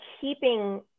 keeping